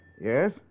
Yes